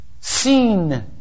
Seen